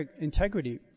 integrity